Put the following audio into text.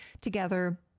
together